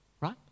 right